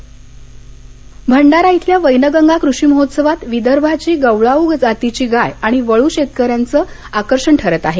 भंडारा भंडारा खिल्या वैनगंगा कृषी महोत्सवात विदर्भाची गवळावू जातीची गाय आणि वळू शेतकऱ्यांचं आकर्षण ठरत आहे